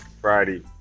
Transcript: Friday